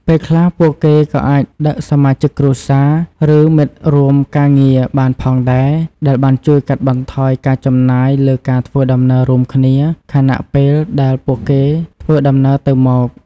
ពេលខ្លះ ពួកគេក៏អាចដឹកសមាជិកគ្រួសារ ឬមិត្តរួមការងារបានផងដែរដែលបានជួយកាត់បន្ថយការចំណាយលើការធ្វើដំណើររួមគ្នា ខណៈពេលដែលពួកគេធ្វើដំណើរទៅមក។